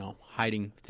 hiding